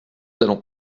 allons